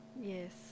yes